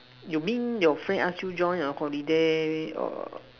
you mean your friend ask you join a holiday or